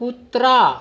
कुत्रा